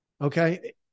Okay